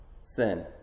Sin